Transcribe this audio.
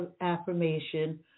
affirmation